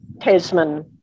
Tasman